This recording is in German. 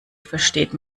versteht